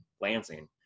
Lansing